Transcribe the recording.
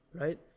Right